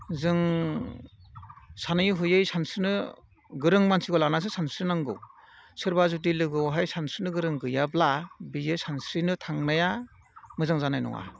जों सानै हयै सानस्रिनो गोरों मानसिखो लानासो सानस्रि नांगौ सोरबा जुदि लोगोआवहाय सानस्रिनो गोरों गैयाब्ला बियो सानस्रिनो थांनाया मोजां जानाय नङा